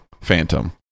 phantom